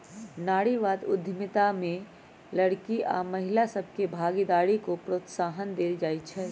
नारीवाद उद्यमिता में लइरकि आऽ महिला सभके भागीदारी को प्रोत्साहन देल जाइ छइ